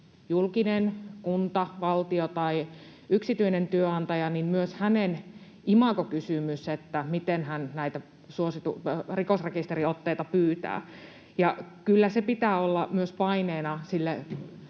julkinen, kunta, valtio, tai yksityinen työnantaja — imagokysymys, miten se näitä rikosrekisteriotteita pyytää. Ja kyllä sen pitää olla myös paineena sille